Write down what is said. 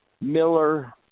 Miller